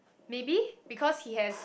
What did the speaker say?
maybe because he has